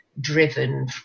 driven